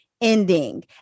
ending